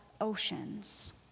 oceans